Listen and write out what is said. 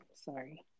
Sorry